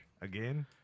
again